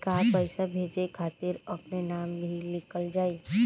का पैसा भेजे खातिर अपने नाम भी लिकल जाइ?